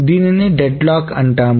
దీనినే డెడ్లాక్ అంటాం